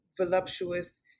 voluptuous